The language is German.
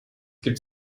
gibt